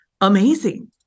amazing